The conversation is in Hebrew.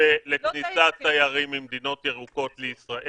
מתווה לכניסת תיירים ממדינות ירוקות לישראל